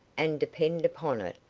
and, depend upon it,